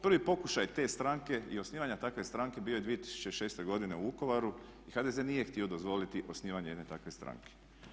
Prvi pokušaj te stranke i osnivanja takve stranke bio je 2006. godine u Vukovaru i HDZ nije htio dozvoliti osnivanje jedne takve stranke.